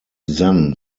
then